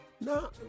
No